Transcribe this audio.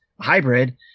hybrid